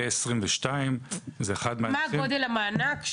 מה גודל המענק?